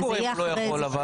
מה קורה אם הוא לא יכול אבל,